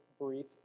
brief